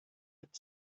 had